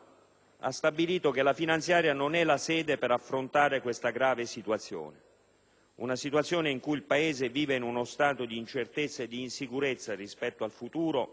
ha stabilito che la finanziaria non è la sede per affrontare questa grave situazione, una situazione in cui il Paese vive in uno stato di incertezza e di insicurezza rispetto al futuro,